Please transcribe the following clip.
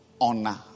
honor